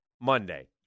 Monday